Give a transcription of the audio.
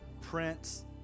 Prince